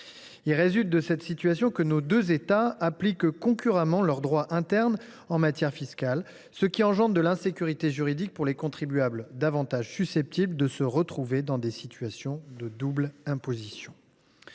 Il résulte de cette situation que nos deux États appliquent concurremment leur droit interne en matière fiscale, ce qui crée de l’insécurité juridique pour les contribuables davantage susceptibles de se retrouver dans des situations de double imposition.